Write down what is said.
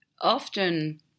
often